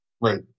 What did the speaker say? right